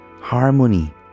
harmony